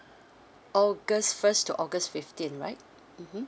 august first to august fifteen right mmhmm